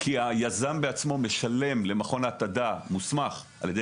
כי היזם בעצמו משלם למכון התעדה מוסמך על ידי